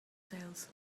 sails